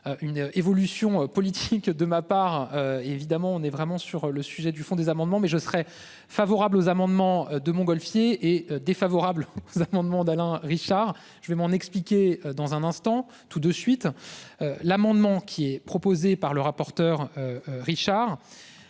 Une évolution politique de ma part. Évidemment, on est vraiment sur le sujet du fond des amendements mais je serais favorable aux amendements de Montgolfier est défavorable demande Alain Richard. Je vais m'en expliquer dans un instant tout de suite. L'amendement qui est proposé par le rapporteur. Richard.